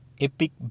epic